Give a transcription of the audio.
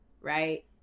right